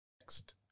next